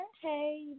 Hey